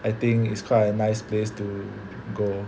I think it's quite a nice place to go